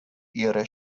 ihre